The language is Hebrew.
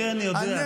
במקרה אני יודע.